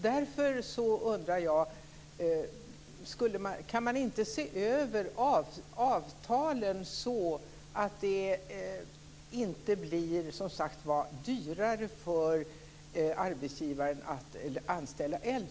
Därför undrar jag om man inte kan se över avtalen så att det inte blir dyrare för arbetsgivaren att anställa äldre.